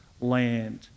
land